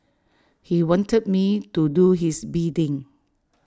he wanted me to do his bidding